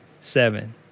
seven